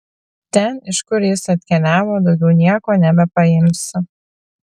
ten iš kur jis atkeliavo daugiau nieko nebepaimsi